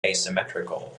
asymmetrical